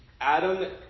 Adam